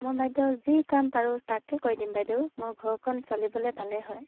মই বাইদেউ যি কাম পাৰোঁ তাকে কৈ দিম বাইদেউ মোৰ ঘৰখন চলিবলৈ পালেই হয়